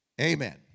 amen